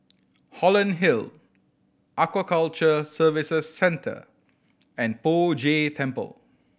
Holland Hill Aquaculture Services Centre and Poh Jay Temple